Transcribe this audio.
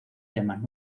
temas